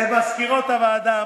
למזכירות הוועדה,